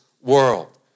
world